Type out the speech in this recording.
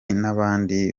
n’abandi